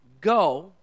go